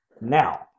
now